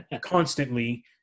constantly